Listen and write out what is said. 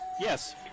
Yes